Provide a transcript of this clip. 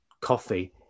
coffee